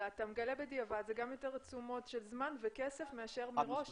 ואתה מגלה בדיעבד שזה גם יותר תשומות של זמן וכסף מאשר מראש להנגיש.